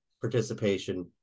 participation